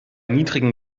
niedrigen